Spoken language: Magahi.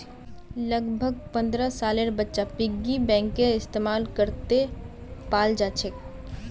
लगभग पन्द्रह सालेर बच्चा पिग्गी बैंकेर इस्तेमाल करते पाल जाछेक